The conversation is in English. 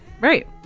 Right